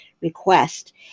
request